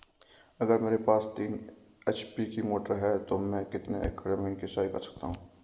अगर मेरे पास तीन एच.पी की मोटर है तो मैं कितने एकड़ ज़मीन की सिंचाई कर सकता हूँ?